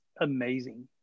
amazing